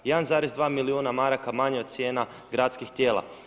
1,2 milijuna maraka manje od cijena gradskih tijela.